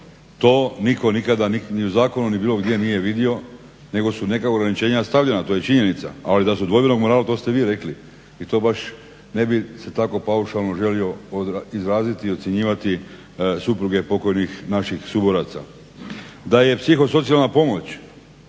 to niko nikada ni u zakonu ni bilo gdje nije vidio, nego su neka ograničenja stavljana, to je činjenica, ali da su dvojbenog morala to ste vi rekli i to baš ne bi se tako paušalno želio izraziti i ocjenjivati supruge pokojnih naših suboraca. Da je psihosocijalna pomoć